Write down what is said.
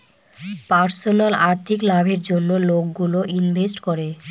personal আর্থিক লাভের জন্য লোকগুলো ইনভেস্ট করে